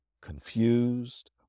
confused